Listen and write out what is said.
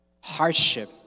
hardship